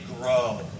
grow